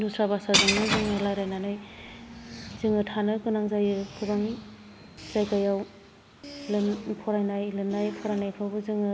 दुस्रा भासाजोंनो जोंङो रायलायनानै जोंङो थानो गोनां जायो गोबां जायगायाव फरायनाय लेरनाय फरायनाय फ्रावबो जोंङो